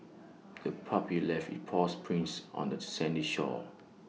the puppy left its paw prints on the sandy shore